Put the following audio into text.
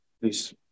Please